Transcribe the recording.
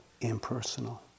impersonal